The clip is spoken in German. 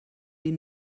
die